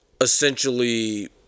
essentially